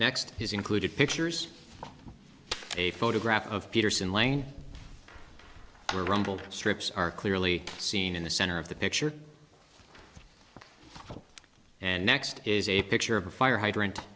next has included pictures a photograph of peterson lange a rumble strips are clearly seen in the center of the picture and next is a picture of a fire hydrant